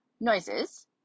noises